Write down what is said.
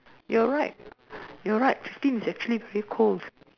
you're right you're right fifteen is actually very cold